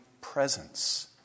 presence